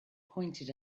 pointed